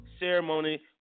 ceremony